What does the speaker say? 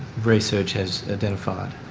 research has identified?